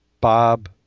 Bob